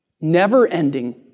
never-ending